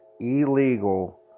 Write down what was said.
illegal